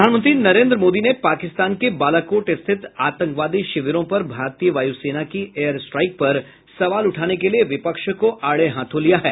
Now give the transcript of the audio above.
प्रधानमंत्री नरेन्द्र मोदी ने पाकिस्तान के बालाकोट स्थित आतंकवादी शिविरों पर भारतीय वायु सेना की एयर स्ट्राइक पर सवाल उठाने के लिए विपक्ष को आड़े हाथों लिया है